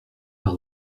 par